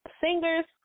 singers